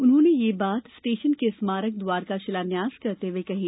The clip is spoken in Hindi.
उन्होंने ये बात स्टेशन के स्मारक द्वार का शिलान्यास करते हुए कही